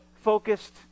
focused